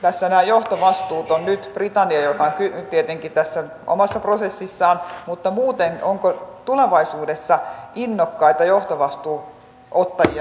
tässä nämä johtovastuut ovat nyt britannialla joka on tietenkin tässä omassa prosessissaan mutta onko muuten tulevaisuudessa innokkaita johtovastuun ottajia